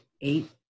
eight